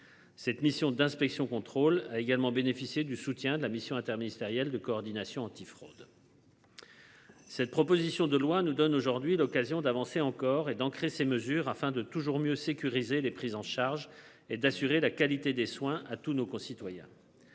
Cette mission d'inspection, contrôle a également bénéficié du soutien de la Mission interministérielle de coordination anti-fraude. Cette proposition de loi nous donne aujourd'hui l'occasion d'avancer encore et d'ancrer ces mesures afin de toujours mieux sécuriser les prises en charge et d'assurer la qualité des soins à tous nos concitoyens.